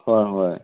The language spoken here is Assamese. হয় হয়